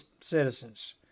citizens